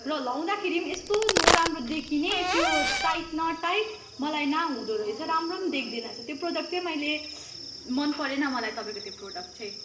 र लाउँदाखेरि पनि यस्तो नराम्रो देखिने त्यो टाइट न टाइट मलाई न हुँदोरहेछ राम्रो पनि देखिँदैन छ त्यो प्रडक्ट चाहिँ मैले मनपरेन मलाई तपाईँको त्यो प्रडक्ट चाहिँ